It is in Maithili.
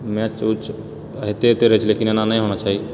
मैच उच होइते होइते रहै छै लेकिन एना नहि होना चाहिए